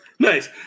Nice